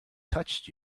touched